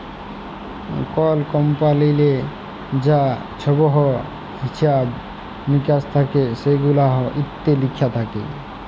call কমপালিললে যা ছহব হিছাব মিকাস থ্যাকে সেগুলান ইত্যে লিখা থ্যাকে